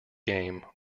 game